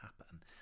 happen